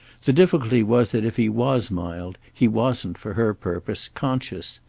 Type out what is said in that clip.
the difficulty was that if he was mild he wasn't, for her purpose, conscious.